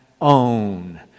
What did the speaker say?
own